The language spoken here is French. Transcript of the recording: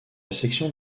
section